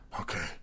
Okay